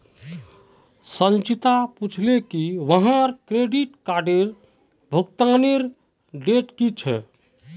संचिता पूछले की वहार क्रेडिट कार्डेर भुगतानेर डेट की छेक